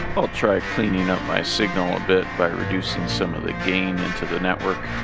i'll try cleaning up my signal a bit by reducing some of the gain into the network